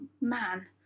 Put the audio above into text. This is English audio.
man